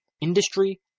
Industry